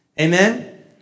Amen